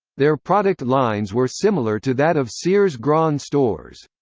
their product lines were similar to that of sears grand stores.